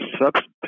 substitute